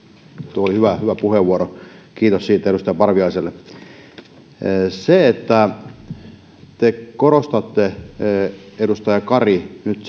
tuo oli hyvä puheenvuoro kiitos siitä edustaja parviaiselle te korostatte edustaja kari nyt